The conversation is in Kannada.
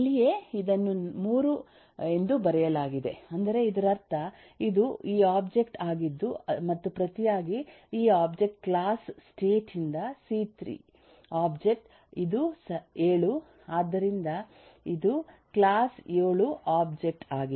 ಇಲ್ಲಿಯೇ ಇದನ್ನು 3 ಎಂದು ಬರೆಯಲಾಗಿದೆ ಅಂದರೆ ಇದರರ್ಥ ಇದು ಈ ಒಬ್ಜೆಕ್ಟ್ ಆಗಿದ್ದು ಮತ್ತು ಪ್ರತಿಯಾಗಿ ಈ ಒಬ್ಜೆಕ್ಟ್ ಕ್ಲಾಸ್ ಸ್ಟೇಟ್ ಯಿಂದ ಸಿ3 ಆಬ್ಜೆಕ್ಟ್ ಇದು 7 ಆದ್ದರಿಂದ ಇದು ಕ್ಲಾಸ್ 7 ಒಬ್ಜೆಕ್ಟ್ ಆಗಿದೆ